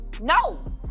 No